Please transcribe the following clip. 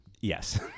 Yes